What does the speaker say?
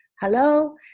Hello